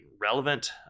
relevant